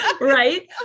Right